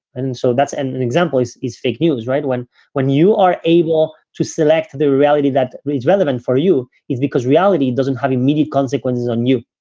and so that's an example. this is fake news, right? when when you are able to select the reality that is relevant for you is because reality doesn't have immediate consequences on you.